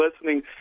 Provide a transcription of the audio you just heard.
listening